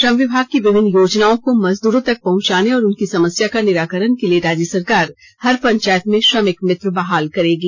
श्रम विभाग की विभिन्न योजनाओं को मजदूरों तक पहंचाने और उनकी समस्या का निराकरण के लिए राज्य सरकार हर पंचायत में श्रमिक मित्र बहाल करेंगी